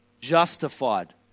Justified